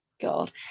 god